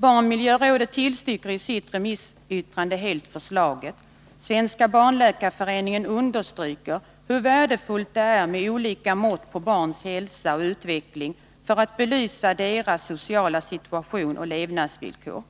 Barnmiljörådet tillstyrker helt i sitt remissyttrande förslaget. Svenska barnläkarföreningen understryker hur värdefullt det är med olika mått på barns hälsa och utveckling för att man skall kunna belysa deras sociala situation och levnadsvillkor.